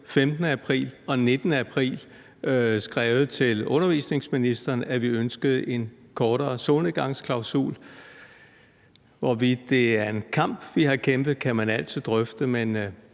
15. april og 19. april skrevet til undervisningsministeren, at vi ønskede en kortere solnedgangsklausul. Hvorvidt det er en kamp, vi har kæmpet, kan man altid drøfte, men